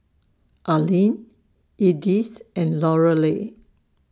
Arline Edythe and Lorelei